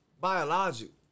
biological